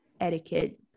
etiquette